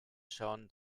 schauen